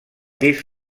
disc